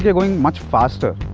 going much faster!